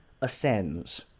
ascends